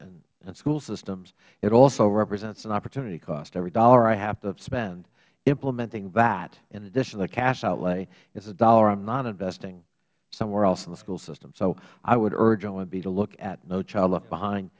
and school systems it also represents an opportunity cost every dollar i have to spend implementing that in addition to the cash outlay is a dollar i am not investing somewhere else in the school system so i would urge omb to look at no child left behind